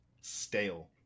stale